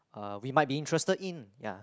uh we might be interested in ya